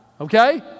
Okay